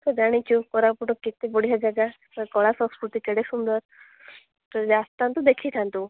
ତୁ ଜାଣିଛୁ କୋରାପୁଟ କେତେ ବଢ଼ିଆ ଜାଗା ତା କଳା ସଂସ୍କୃତି କେଡ଼େ ସୁନ୍ଦର ତୁ ଯଦି ଆସିଥାଆନ୍ତୁ ଦେଖିଥାନ୍ତୁ